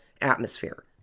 atmosphere